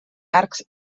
arcs